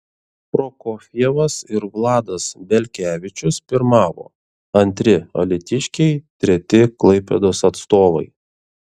prokofjevas ir vladas belkevičius pirmavo antri alytiškiai treti klaipėdos atstovai